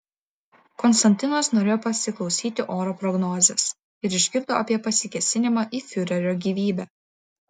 konstantinas norėjo pasiklausyti oro prognozės ir išgirdo apie pasikėsinimą į fiurerio gyvybę